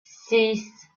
six